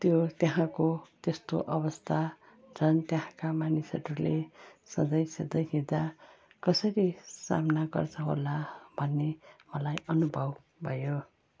त्यो त्यहाँको त्यस्तो अवस्था झन् त्यहाँका मानिसहरूले सधैँ सधैँ हिँड्दा कसरी सामना गर्छ होला भन्ने मलाई अनुभव भयो